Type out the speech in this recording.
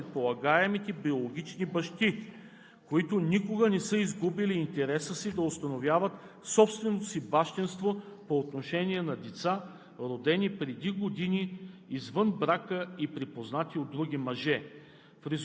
че в Закона трябва да се предвидят разпоредби, които да уреждат положението на предполагаеми биологични бащи, които никога не са изгубили интереса си да установят собственото си бащинство по отношение на деца,